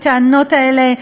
הטענות האלה,